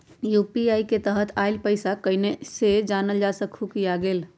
UPI के तहत आइल पैसा कईसे जानल जा सकहु की आ गेल?